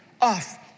off